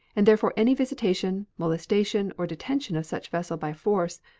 and therefore any visitation, molestation, or detention of such vessel by force,